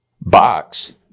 box